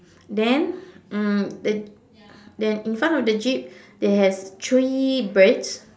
then um the then in front of the jeep there has three birds